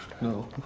No